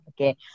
Okay